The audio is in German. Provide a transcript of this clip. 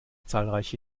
zahlreiche